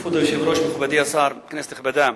כבוד היושב-ראש, מכובדי השר, כנסת נכבדה,